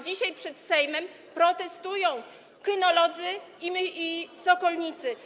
Dzisiaj przed Sejmem protestują kynolodzy i sokolnicy.